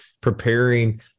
preparing